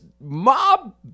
mob